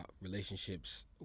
relationships